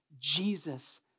Jesus